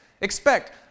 expect